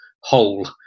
whole